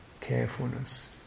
carefulness